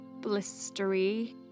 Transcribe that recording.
blistery